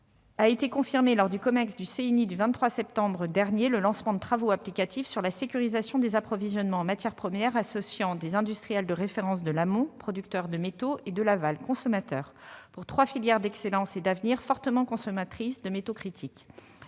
exécutif, le Comex, du CNI du 23 septembre dernier le lancement de travaux applicatifs sur la sécurisation des approvisionnements en matières premières associant des industriels de référence de l'amont, producteurs de métaux, et de l'aval, consommateurs, pour trois filières d'excellence et d'avenir fortement consommatrices de métaux critiques